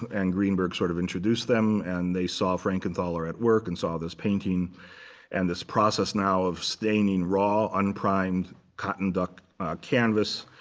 and greenberg sort of introduced them. and they saw frankenthaler at work and saw this painting and this process now of staining raw unprimed cotton duck canvas.